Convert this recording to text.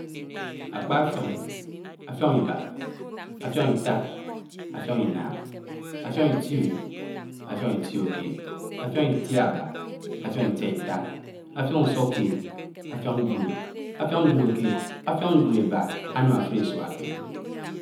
Ákpá áffíoñ, áffíoñ íbá, affion ítíé. affion ina, áffíóñ ítioñ áffíóñ ítíókéd, áffíóñ ítáítá, áffíóñ ùsùkéd, áffíóñ dùób, áffíóñ dùóbókéd, áffíóñ dùó-ébá ánám áfùrò ísùá kéd.